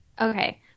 Okay